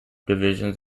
divisions